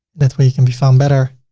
that way you can be found better.